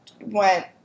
went